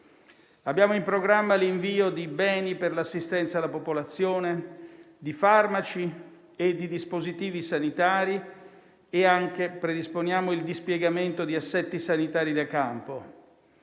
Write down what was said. Abbiamo in programma l'invio di beni per l'assistenza alla popolazione, di farmaci e dispositivi sanitari e predisponiamo anche il dispiegamento di assetti sanitari da campo.